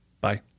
Bye